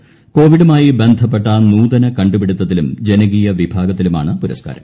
ക്ട്പ്പിഡുമായി ബന്ധപ്പെട്ട നൂതന കണ്ടുപിടിത്തത്തിലും ജനക്ടീയ്വിഭാഗത്തിലുമാണ് പുരസ്കാരം